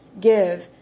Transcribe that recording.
give